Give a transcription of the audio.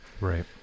right